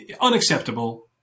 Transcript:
unacceptable